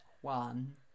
one